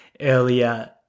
earlier